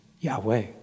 Yahweh